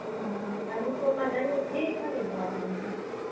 હા અનુપમાને અનુજ બેય મરી જાવાના હે